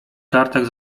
kartach